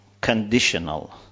conditional